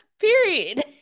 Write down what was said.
Period